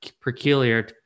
peculiar